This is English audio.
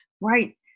Right